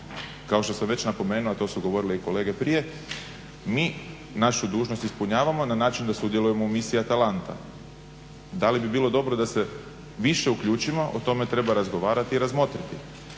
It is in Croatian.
Kao što sam već napomenuo, a to su govorile i kolege prije, mi našu dužnost ispunjavamo na način da sudjelujemo u misiji Atalanta. Da li bi bilo dobro da se više uključimo? O tome treba razgovarati i razmotriti.